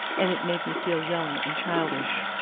and it made me feel young and childish.